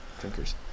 drinkers